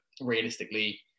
realistically